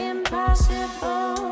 Impossible